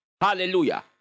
Hallelujah